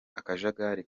akajagari